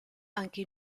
anche